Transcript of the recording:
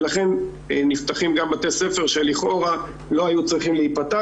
ולכן נפתחים גם בתי ספר שלכאורה לא היו צריכים להיפתח,